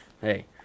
Hey